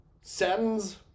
sends